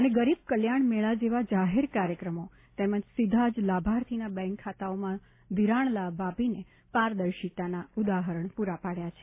અને ગરીબ કલ્યાણ મેળા જેવા જાહેર કાર્યક્રમો તેમજ સીધા જ લાભાર્થીના બેંક ખાતાઓમાં ધિરાણલાભ આપીને પારદર્શિતાના ઉદાહરણ પૂરા પાડ્યા છે